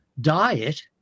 diet